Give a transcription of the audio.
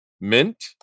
mint